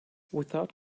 without